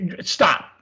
stop